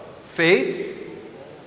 faith